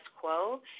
quo